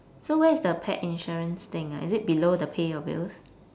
so where is the pet insurance thing ah is it below the pay your bills